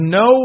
no